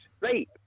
Right